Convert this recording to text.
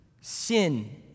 sin